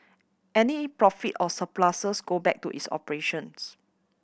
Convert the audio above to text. any profit or surpluses go back to its operations